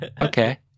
Okay